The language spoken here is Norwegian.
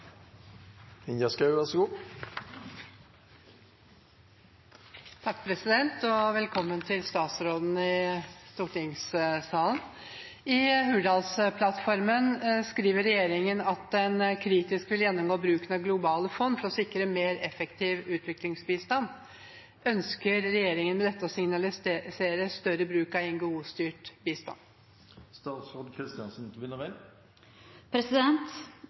Velkommen til statsråden i stortingssalen. «I Hurdalsplattformen skriver regjeringen at den kritisk vil gjennomgå bruken av globale fond for å sikre mer effektiv utviklingsbistand. Ønsker regjeringen med dette å signalisere større bruk av NGO-styrt bistand?» Utviklingspolitikk er å finne – og finslipe – de redskapene som skal til